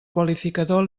qualificador